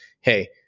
Hey